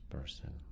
person